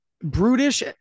brutish